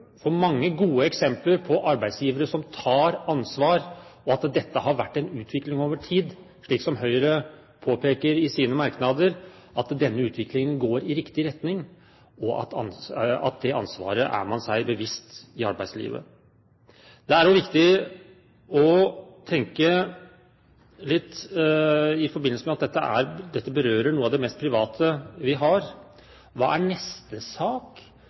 få mange gode eksempler på arbeidsgivere som tar ansvar. Dette har vært en utvikling over tid, slik som Høyre påpeker i sine merknader: at denne utviklingen går i riktig retning, og at det ansvaret er man seg bevisst i arbeidslivet. Det er også viktig å tenke litt på på at dette berører noe av det mest private vi har. Hva blir neste sak